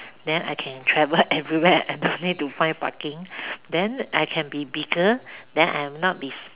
then I can travel everywhere I don't need to find parking then I can be bigger then I will not be